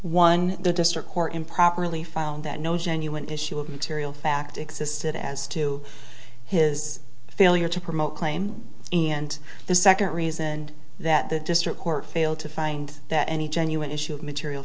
one the district court improperly found that no genuine issue of material fact existed as to his failure to promote claim and the second reason that the district court failed to find that any genuine issue of material